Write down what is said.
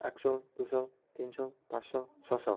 একশো দুশো তিনশো পাঁচশো ছশো